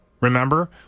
Remember